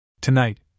Tonight